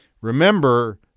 Remember